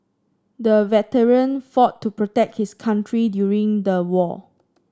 the veteran fought to protect his country during the war